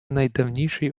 найдавніший